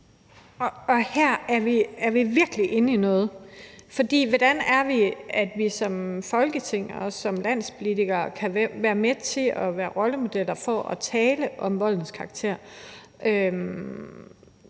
Her er vi virkelig inde på noget. Hvordan kan vi som Folketing og som landspolitikere være med til at være rollemodeller i forbindelse med at tale om voldens karakter?